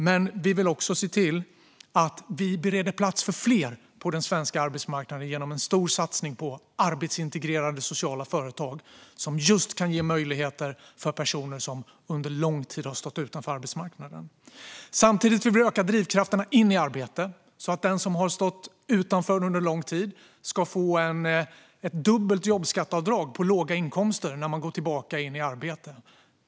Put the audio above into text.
Men vi vill också se till att vi bereder plats för fler på den svenska arbetsmarknaden genom en stor satsning på arbetsintegrerande sociala företag som kan ge möjligheter just för personer som under lång tid har stått utanför arbetsmarknaden. Samtidigt vill vi öka drivkrafterna in i arbete genom att den som har stått utanför under lång tid ska få ett dubbelt jobbskatteavdrag på låga inkomster när man går tillbaka in i arbete.